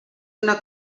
una